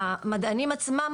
המדענים עצמם,